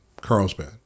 Carlsbad